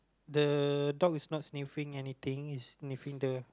the dog is not sniffing anything he's sniffing the